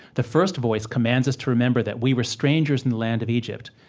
the first voice commands us to remember that we were strangers in the land of egypt,